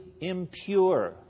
impure